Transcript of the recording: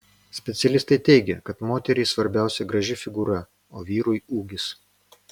specialistai teigia kad moteriai svarbiausia graži figūra o vyrui ūgis